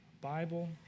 Bible